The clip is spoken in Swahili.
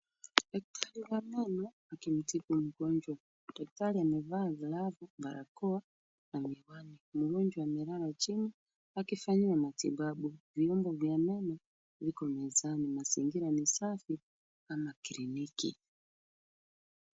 Daktari wa meno akimtibu mgonjwa. Daktari amevaa glavu, barakoa na miwani. Mgonjwa amelala chini akifanyiwa matibabu. Viungo vya meno viko mezani. Mazingira ni safi kama kliniki.